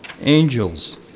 angels